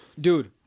Dude